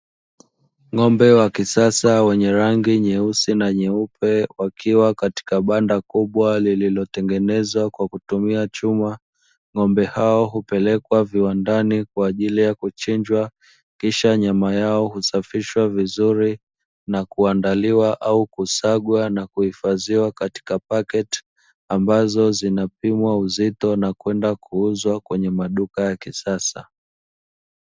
Ng’ombe wa kisasa wenye rangi nyeusi na nyeupe wakiwa katika banda kubwa lililotengenezwa kwa kutumia chuma, ng’ombe hao hupelekwa viwandani kwa ajili ya kuchinjwa kisha nyama yao husafishwa vizuri na kuandaliwa au kusagwa na kuhifadhiwa katika paketi ambazo zinapimwa uzito na kwenda kuuzwa kwenye maduka ya kisasa.